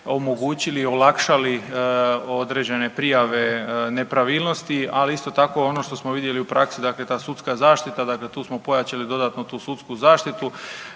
omogućili, olakšali određene prijave nepravilnosti, ali isto tako ono što smo vidjeli i u praksi, dakle ta sudska zaštita, dakle tu smo pojačali dodatno tu sudsku zaštitu,